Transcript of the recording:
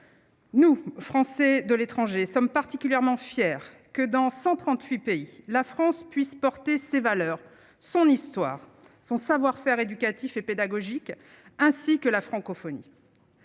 Nous, Français de l'étranger sommes particulièrement fiers que dans 138 pays la France puisse porter ses valeurs, son histoire, son savoir-faire éducatif et pédagogique, ainsi que la francophonie.